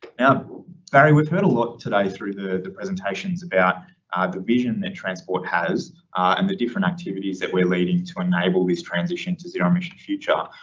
and barry we've heard a lot today through the the presentations about the vision that transport has and the different activities that we're leading to enable this transition to zero emission future.